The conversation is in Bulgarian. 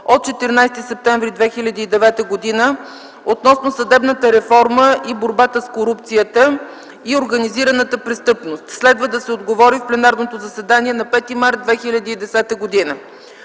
от 14 септември 2009 г. относно съдебната реформа и борбата с корупцията и организираната престъпност. Следва да се отговори в пленарното заседание на 5 март 2010 г.